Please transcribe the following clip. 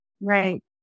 Right